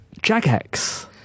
Jagex